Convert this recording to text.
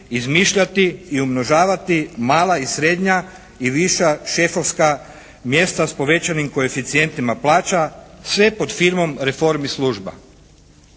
izmišljati i umnožavati mala i srednja, i viša šefovska mjesta s povećanim koeficijentima plaća sve pod firmom reform i služba.